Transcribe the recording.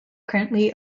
currently